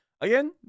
Again